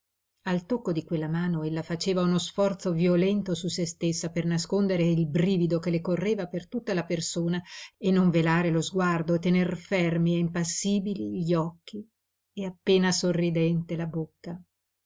al tocco di quella mano ella faceva uno sforzo violento su se stessa per nascondere il brivido che le correva per tutta la persona e non velare lo sguardo e tener fermi e impassibili gli occhi e appena sorridente la bocca